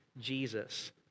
Jesus